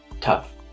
tough